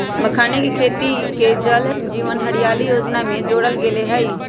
मखानके खेती के जल जीवन हरियाली जोजना में जोरल गेल हई